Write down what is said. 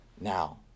now